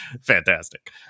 fantastic